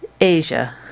Asia